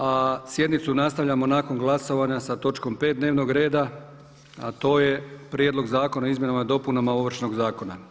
A sjednicu nastavljamo nakon glasovanja sa točkom 5. dnevnog reda a to je prijedlog Zakona o izmjenama i dopunama Ovršnog zakona.